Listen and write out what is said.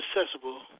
accessible